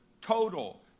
total